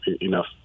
enough